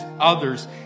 others